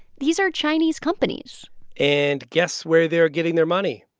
these are chinese companies and guess where they're getting their money?